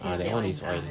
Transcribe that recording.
ah that [one] is oil